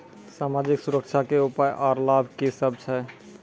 समाजिक सुरक्षा के उपाय आर लाभ की सभ छै?